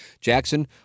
Jackson